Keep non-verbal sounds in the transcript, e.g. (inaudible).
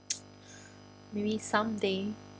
(noise) (breath) maybe someday